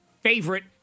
favorite